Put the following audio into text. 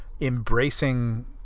embracing